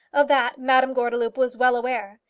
of that madame gordeloup was well aware.